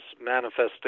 manifesting